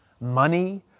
money